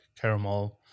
caramel